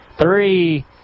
Three